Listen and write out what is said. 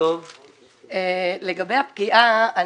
לגבי הפגיעה.